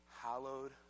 hallowed